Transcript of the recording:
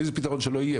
איזה פתרון שלא יהיה,